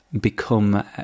become